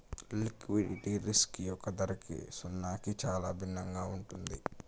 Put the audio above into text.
liquidity risk యొక్క ధరకి సున్నాకి చాలా భిన్నంగా ఉంటుంది